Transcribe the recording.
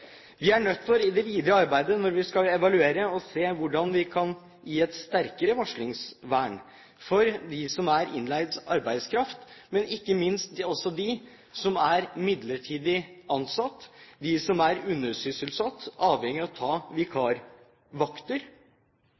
Vi er nødt til i det videre arbeidet, når vi skal evaluere, å se på hvordan vi kan gi et sterkere varslingsvern for dem som er innleid arbeidskraft, men ikke minst også dem som er midlertidig ansatt, dem som er undersysselsatt – avhengig av å ta vikarvakter.